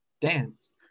dance